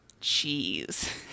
cheese